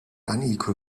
unequal